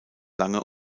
lange